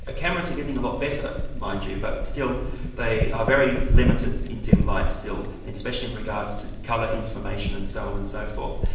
ah cameras are getting a lot better, better, mind you, but still they are very limited in dim light still, especially in regards to colour information and so on and so forth.